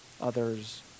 others